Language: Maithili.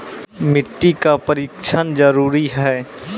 मिट्टी का परिक्षण जरुरी है?